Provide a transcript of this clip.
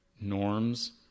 norms